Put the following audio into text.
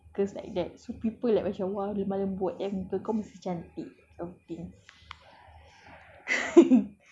ah then like guys are attracted to girls like that so people like macam !wah! lemah lembut then muka kau cantik